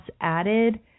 added